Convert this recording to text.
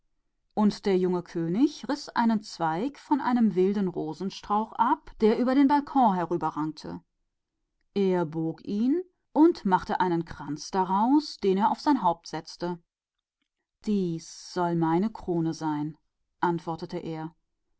und der junge könig pflückte einen zweig von einem wilden strauch der über den balkon kletterte und bog ihn und machte einen kranz daraus und setzte ihn sich aufs haupt das soll meine krone sein antwortete er